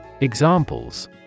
Examples